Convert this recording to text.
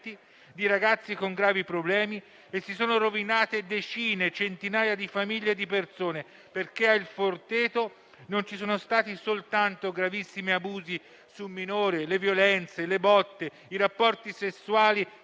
di ragazzi con gravi problemi, e si sono rovinate decine, centinaia di famiglie e di persone, perché al "Forteto" non ci sono stati soltanto gravissimi abusi su minori, le violenze, le botte, i rapporti sessuali